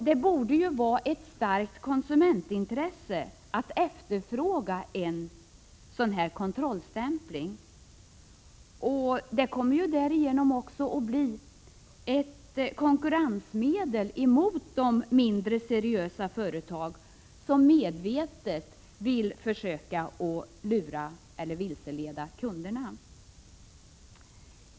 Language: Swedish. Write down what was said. Det borde vara ett starkt konsumentintresse att efterfråga en sådan kontrollstämpling, som ju kommer att bli ett konkurrensmedel mot de mindre seriösa företag som medvetet försöker lura eller vilseleda kunderna.